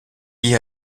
liée